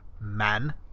man